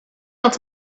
els